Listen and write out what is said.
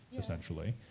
essentially.